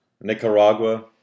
Nicaragua